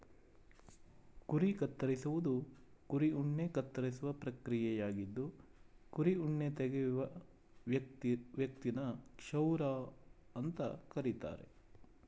ಕುರಿ ಕತ್ತರಿಸುವುದು ಕುರಿ ಉಣ್ಣೆ ಕತ್ತರಿಸುವ ಪ್ರಕ್ರಿಯೆಯಾಗಿದ್ದು ಕುರಿ ಉಣ್ಣೆ ತೆಗೆಯುವ ವ್ಯಕ್ತಿನ ಕ್ಷೌರ ಅಂತ ಕರೀತಾರೆ